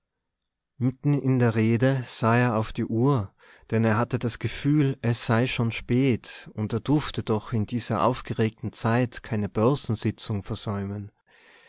in der rede sah er auf die uhr denn er hatte das gefühl es sei schon spät und er durfte doch in dieser aufgeregten zeit keine börsensitzung versäumen